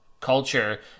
culture